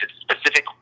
specific